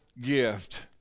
gift